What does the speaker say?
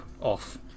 off